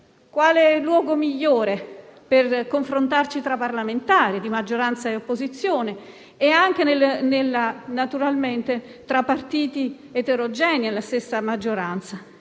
Quale luogo migliore per confrontarci tra parlamentari, di maggioranza e opposizione, e anche naturalmente tra partiti eterogenei, presenti nella stessa maggioranza?